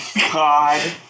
God